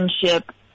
friendship